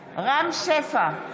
שפע,